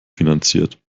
finanziert